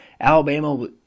Alabama